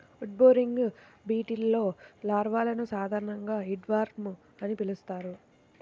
wood boring బీటిల్స్లో లార్వాలను సాధారణంగా ఉడ్వార్మ్ అని పిలుస్తారు